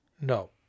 No